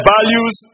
Values